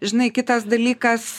žinai kitas dalykas